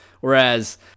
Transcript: Whereas